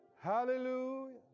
Hallelujah